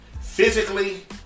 physically